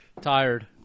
Tired